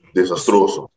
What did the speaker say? Desastroso